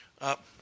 up